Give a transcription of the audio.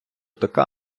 така